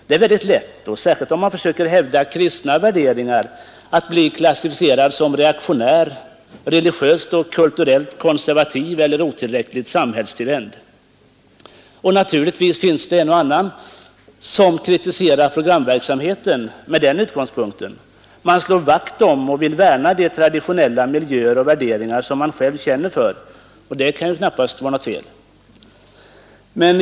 Det är lätt, särskilt om man försöker hävda kristna värderingar, att bli klassificerad som reaktionär, religiöst och kulturellt konservativ eller otillräckligt samhällstillvänd. Och naturligtvis finns det en och annan som kritiserar programverksamheten från den utgångspunkten — man slår vakt om och vill värna de traditionella miljöer och värderingar som man själv känner för. Det kan ju knappast vara något fel i det.